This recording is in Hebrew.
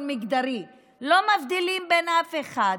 מגדרי: לא מבדילים בין אחד לאחד,